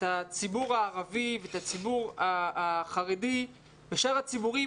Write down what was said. הציבור הערבי ואת הציבור החרדי ושאר הציבורים,